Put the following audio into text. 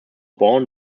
born